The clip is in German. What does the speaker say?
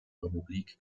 republik